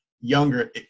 younger –